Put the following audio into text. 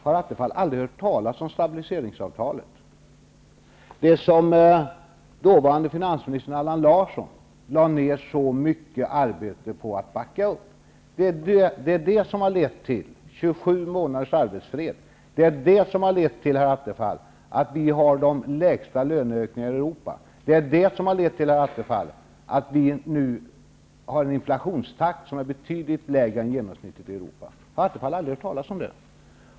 Har Attefall aldrig hört talas om stabiliseringsavtalet, som dåvarande finansministern Allan Larsson lade ner så mycket arbete på att backa upp? Det har lett till 27 månaders arbetsfred. Det har lett till att vi har de lägsta löneökningarna i Europa. Det har lett till att vi nu har en inflationstakt som är betydligt lägre än genomsnittet i Europa. Har Attefall aldrig hört talas om det?